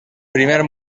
primer